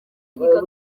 yigaga